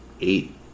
eight